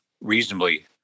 reasonably